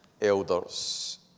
elders